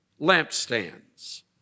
lampstands